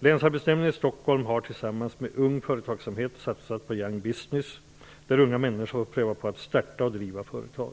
Länsarbetsnämnden i Stockholms län har tillsammans med Ung företagsamhet satsat på Young Business, där unga människor får pröva på att starta och driva företag.